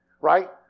right